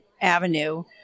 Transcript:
avenue